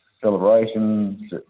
Celebrations